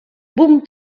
boom